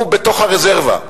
הוא בתוך הרזרבה,